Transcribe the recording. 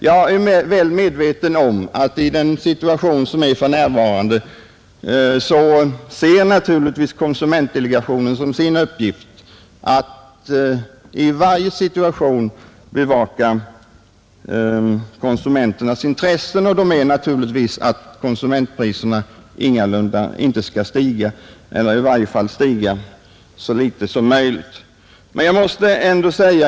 Jag är väl medveten om att konsumentdelegationen, inte minst i den situation som för närvarande råder, ser som sin främsta uppgift att bevaka konsumenternas intressen, och de är naturligtvis att konsumentpriserna inte skall stiga eller i varje fall stiga så litet som möjligt.